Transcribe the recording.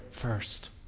first